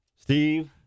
Steve